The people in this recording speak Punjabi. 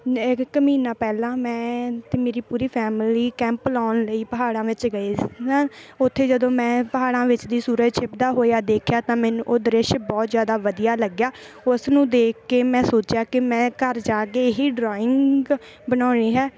ਨ ਇੱਕ ਮਹੀਨਾ ਪਹਿਲਾਂ ਮੈਂ ਅਤੇ ਮੇਰੀ ਪੂਰੀ ਫੈਮਿਲੀ ਕੈਂਪ ਲਗਾਉਣ ਲਈ ਪਹਾੜਾਂ ਵਿੱਚ ਗਏ ਸਾਂ ਉੱਥੇ ਜਦੋਂ ਮੈਂ ਪਹਾੜਾਂ ਵਿੱਚ ਦੀ ਸੂਰਜ ਛਿਪਦਾ ਹੋਇਆ ਦੇਖਿਆ ਤਾਂ ਮੈਨੂੰ ਉਹ ਦ੍ਰਿਸ਼ ਬਹੁਤ ਜ਼ਿਆਦਾ ਵਧੀਆ ਲੱਗਿਆ ਉਸ ਨੂੰ ਦੇਖ ਕੇ ਮੈਂ ਸੋਚਿਆ ਕਿ ਮੈਂ ਘਰ ਜਾ ਕੇ ਇਹ ਹੀ ਡਰਾਇੰਗ ਬਣਾਉਣੀ ਹੈ